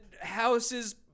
House's